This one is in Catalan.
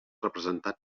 representat